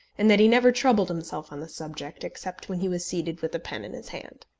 and that he never troubled himself on the subject, except when he was seated with a pen in his hand.